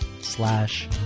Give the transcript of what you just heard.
slash